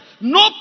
no